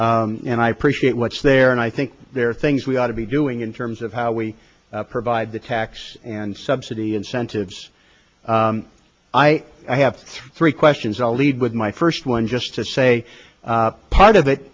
and i appreciate what's there and i think there are things we ought to be doing in terms of how we provide the tax and subsidy incentives i have three questions i'll lead with my first one just to say part of it